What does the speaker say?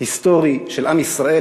היסטורי של עם ישראל,